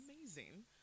amazing